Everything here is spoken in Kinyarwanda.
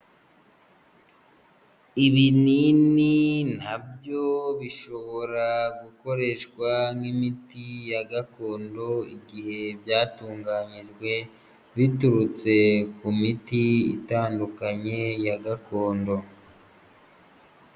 Ibinini na byo bishobora gukoreshwa nk'imiti ya gakondo igihe byatunganyijwe biturutse ku miti itandukanye ya gakondo.